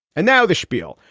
and now the schpiel.